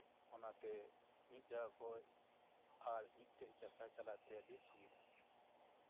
ᱚᱱᱟᱛᱮ ᱢᱤᱫ ᱡᱟᱭᱜᱟ ᱠᱷᱚᱱ ᱟᱨ ᱢᱤᱫ ᱡᱟᱭᱜᱟ ᱪᱟᱞᱟᱜ ᱛᱮ ᱟᱹᱰᱤ ᱥᱩᱵᱤᱫᱷᱟ